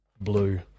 blue